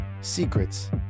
secrets